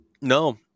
No